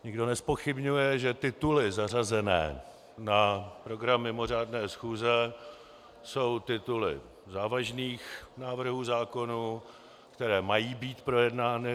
Nikdo nezpochybňuje, že tituly zařazené na program mimořádné schůze jsou tituly závažných návrhů zákonů, které mají být projednány.